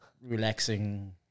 relaxing